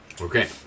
Okay